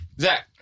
Zach